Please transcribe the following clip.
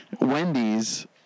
Wendy's